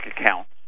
accounts